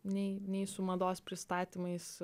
nei nei su mados pristatymais